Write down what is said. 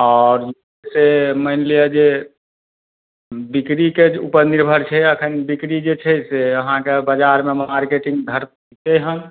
आओर से मानि लिअ जे बिक्रीके जे उपर निर्भर छै एखन बिक्री जे छै से अहाँके बजारमे मार्केटिंग धरतइ हन